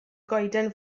goeden